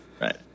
right